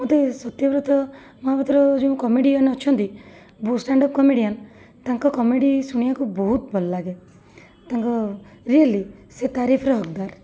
ମୋତେ ସତ୍ୟବ୍ରତ ମହାପାତ୍ର ଯେଉଁ କମେଡ଼ିଆନ ଅଛନ୍ତି ଷ୍ଟାଣ୍ଡ ଅପ୍ କମେଡ଼ିଆନ ତାଙ୍କ କମେଡ଼ି ଶୁଣିବାକୁ ବହୁତ ଭଲ ଲାଗେ ତାଙ୍କ ରିଏଲି ସେ ତାରିଫର ହକଦାର